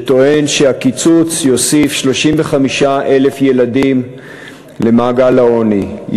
שטוען שהקיצוץ יוסיף 35,000 ילדים למעגל העוני,